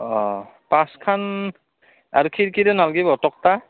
অঁ পাঁচখান আৰু খিৰকীৰে নালগিব তক্টা